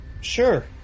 Sure